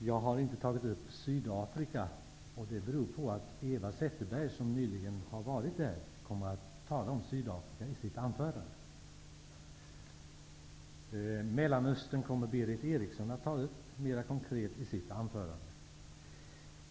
Fru talman! Anledningen till att jag inte nämnde Sydafrika är att Eva Zetterberg kommer att tala om Sydafrika i sitt anförande. Mellanöstern kommer Berith Eriksson att ta upp mera konkret i sitt anförande.